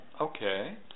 Okay